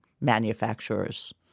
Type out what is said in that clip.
manufacturers